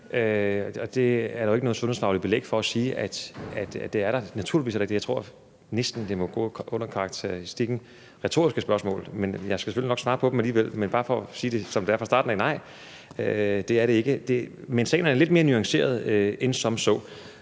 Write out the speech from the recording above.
der er ikke noget sundhedsfagligt belæg for at sige, at der er det. Naturligvis er der ikke det. Jeg tror næsten, det må gå under karakteristikken retoriske spørgsmål. Jeg skal selvfølgelig nok svare på dem alligevel, men det er bare for at sige det, som det er, fra starten af: Nej, det er der ikke. Men sagen er lidt mere nuanceret end som så.